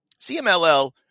CMLL